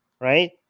right